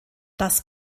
das